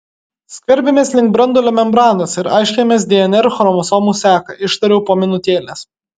skverbiamės link branduolio membranos ir aiškinamės dnr chromosomų seką ištariau po minutėlės